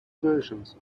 versions